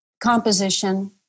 composition